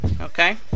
okay